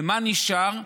ומה נשאר?